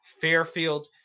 Fairfield